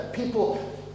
people